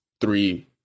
three